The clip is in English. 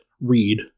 read